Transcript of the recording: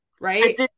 right